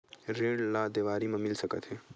ऋण ला देवारी मा मिल सकत हे